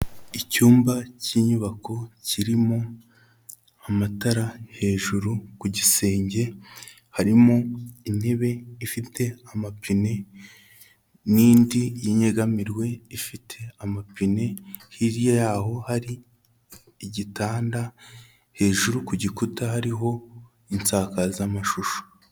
Icyumba k'inyubako kirimo amatara hejuru ku gisenge, harimo intebe ifite amapine n'indi y'inyegamirwe ifite amapine, hirya yaho hari igitanda, hejuru ku gikuta hariho insakazamashusho.